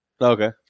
okay